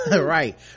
Right